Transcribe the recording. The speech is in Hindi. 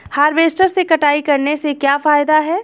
हार्वेस्टर से कटाई करने से क्या फायदा है?